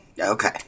Okay